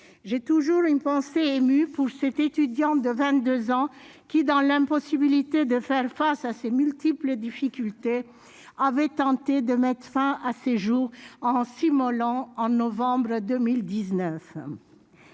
J'ai une pensée émue pour cet étudiant de 22 ans qui, dans l'impossibilité de faire face à ses multiples difficultés, avait tenté de mettre fin à ses jours en s'immolant par le feu en novembre 2019.